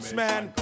man